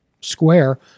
square